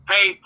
Hey